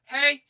Hey